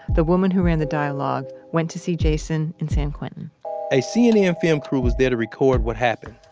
the woman who ran the dialogue, went to see jason in san quentin a cnn film crew was there to record what happened.